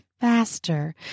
faster